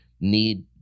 need